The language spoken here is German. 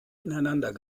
ineinander